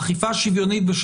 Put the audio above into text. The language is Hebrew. אכיפה שוויונית?